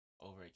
over